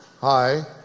hi